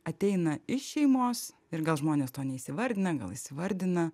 ateina iš šeimos ir gal žmonės to neįsivardina gal įsivardina